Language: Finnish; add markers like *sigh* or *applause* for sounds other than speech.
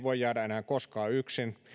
*unintelligible* voi jäädä enää koskaan yksin